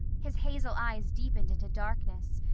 his hazel eyes deepened into darkness,